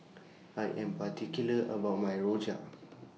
I Am particular about My Rojak